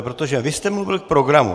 Protože vy jste mluvil k programu.